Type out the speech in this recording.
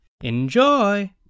enjoy